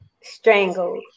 strangled